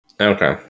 Okay